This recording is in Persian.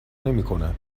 نمیکند